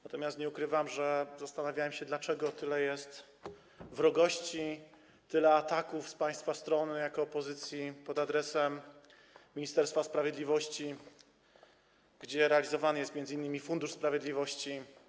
Natomiast nie ukrywam, że zastanawiałem się, dlaczego tyle jest wrogości, tyle ataków z państwa strony jako opozycji pod adresem Ministerstwa Sprawiedliwości, gdzie realizowany jest m.in. Fundusz Sprawiedliwości.